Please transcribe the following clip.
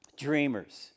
dreamers